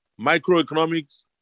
microeconomics